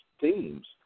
teams